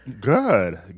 Good